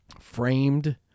framed